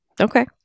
Okay